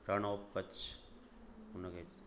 रण of Kutch हुनखे